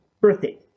birthday